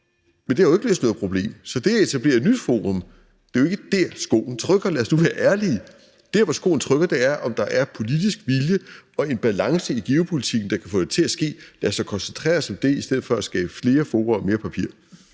Så det er jo ikke der – i forhold til det med at etablere et nyt forum – skoen trykker. Lad os nu være ærlige. Der, hvor skoen trykker, er med hensyn til, om der er politisk vilje og en balance i geopolitikken, der kan få det til at ske. Lad os dog koncentrere os om det i stedet for at skabe flere fora og mere papir.